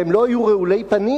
והם לא היו רעולי פנים,